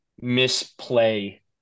misplay